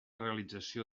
realització